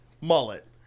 Mullet